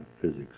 physics